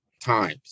times